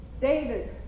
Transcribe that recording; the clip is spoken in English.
David